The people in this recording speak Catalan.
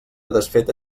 desfeta